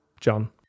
John